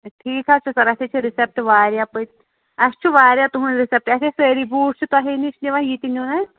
ٹھیٖک حظ چھُ سَر اَسہِ ہے چھِ رِسیٚپٹ واریاہ پٔت اَسہِ چھِ واریاہ تُہنٛد رِسیٚپٹ اَسے سٲری بوٗٹ چھِ تۄہی نِش نِوان یہِ تہِ نیُن آسہِ